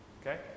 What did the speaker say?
Okay